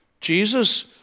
Jesus